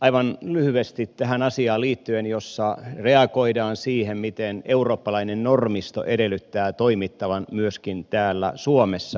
aivan lyhyesti tähän asiaan liittyen jossa reagoidaan siihen miten eurooppalainen normisto edellyttää toimittavan myöskin täällä suomessa